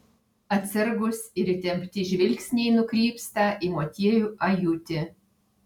atsargūs ir įtempti žvilgsniai nukrypsta į motiejų ajutį